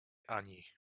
ani